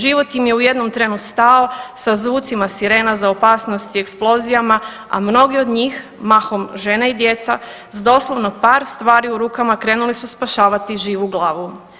Život im je u jednom trenu stao sa zvucima sirena za opasnost i eksplozijama, a mnogi od njih, mahom žena i djeca, s doslovno par stvari u rukama, krenuli su spašavati živu glavu.